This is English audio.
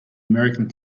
american